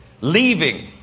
leaving